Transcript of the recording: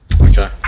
Okay